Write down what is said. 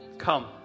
come